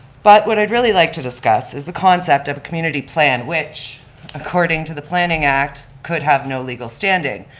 but what i'd really like to discuss is the concept of community plan, which according to the planning act, could have no legal standing.